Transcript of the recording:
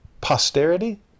Posterity